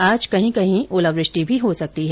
आज कहीं कहीं ओलावृष्टि भी हो सकती है